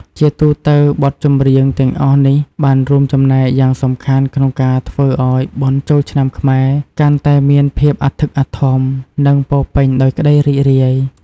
ជាទូទៅ បទចម្រៀងទាំងអស់នេះបានរួមចំណែកយ៉ាងសំខាន់ក្នុងការធ្វើឱ្យបុណ្យចូលឆ្នាំខ្មែរកាន់តែមានភាពអធិកអធម និងពោរពេញដោយក្ដីរីករាយ។